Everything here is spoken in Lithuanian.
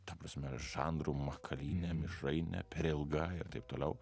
ta prasme žanrų makalynė mišrainė per ilga ir taip toliau